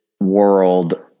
world